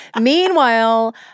Meanwhile